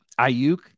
Ayuk